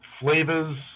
flavors